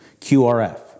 qrf